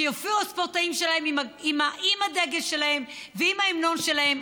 שיופיעו הספורטאים שלהן עם הדגל שלהם ועם ההמנון שלהם.